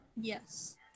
Yes